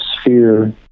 sphere